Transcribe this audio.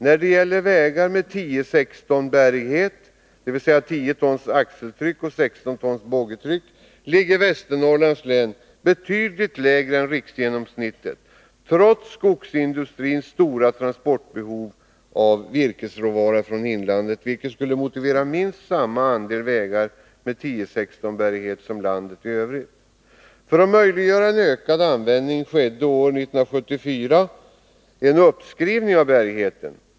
När det gäller vägar med 10 16-bärighet som landet i övrigt. För att möjliggöra en ökad användning skedde år 1974 en uppskrivning av bärigheten.